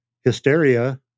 hysteria